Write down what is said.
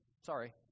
Sorry